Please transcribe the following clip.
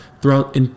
throughout